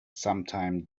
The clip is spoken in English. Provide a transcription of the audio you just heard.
sometime